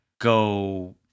go